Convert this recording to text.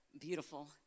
beautiful